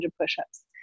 push-ups